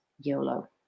YOLO